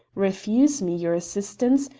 refuse me your assistance,